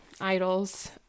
idols